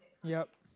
yup